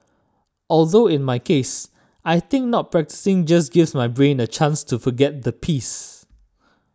although in my case I think not practising just gives my brain a chance to forget the piece